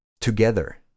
Together